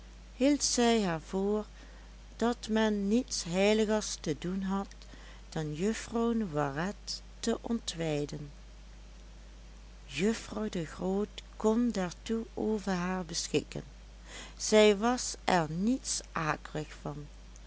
hield zij haar voor dat men niets heiligers te doen had dan juffrouw noiret te ontweiden juffrouw de groot kon daartoe over haar beschikken zij was er niets akelig van